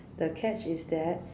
the catch is that